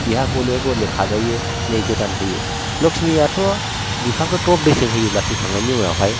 बेहा गले गले खाजायो नै गोदान फैयो लक्ष्मियाथ' बिफांखो टप ड्रेसिं होयोब्ला थैखांनायनि उनावहाय